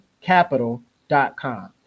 capital.com